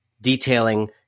detailing